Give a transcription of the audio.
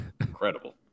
incredible